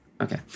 okay